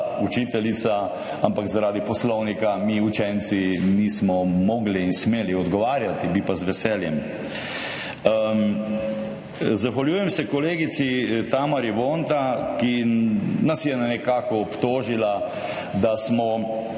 učiteljica, ampak zaradi poslovnika mi učenci nismo mogli in smeli odgovarjati. Bi pa z veseljem. Zahvaljujem se kolegici Tamari Vonta, ki nas je nekako obtožila, da smo z